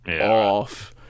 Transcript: off